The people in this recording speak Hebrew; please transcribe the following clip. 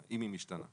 אם היא משתנה.